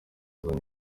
zanjye